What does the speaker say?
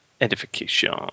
Edification